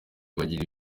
bagira